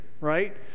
right